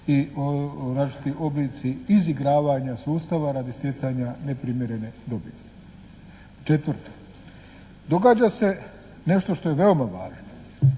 različiti oblici izigravanja sustava radi stjecanja neprimjerene dobiti. Četvrto. Događa se nešto što je veoma važno.